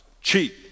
Cheap